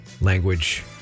language